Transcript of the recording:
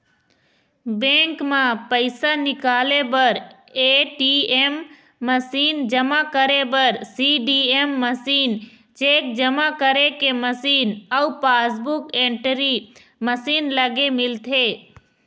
bank म पइसा निकाले बर ए.टी.एम मसीन, जमा करे बर सीडीएम मशीन, चेक जमा करे के मशीन अउ पासबूक एंटरी मशीन लगे मिलथे